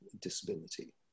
disability